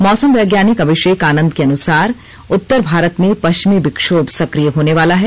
मौसम वैज्ञानिक अभिषेक आनंद के अनुसार उत्तर भारत में पश्चिमी विक्षोभ सक्रिय होनेवाला है